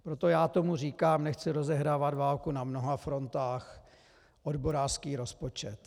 Proto já tomu říkám nechci rozehrávat válku na mnoha frontách odborářský rozpočet.